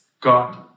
God